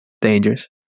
dangerous